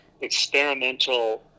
experimental